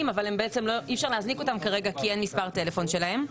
אבל בעצם אי אפשר להזניק אותם כרגע כי אין מספר טלפון שלהם.